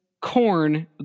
corn